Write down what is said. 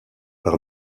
par